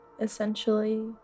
Essentially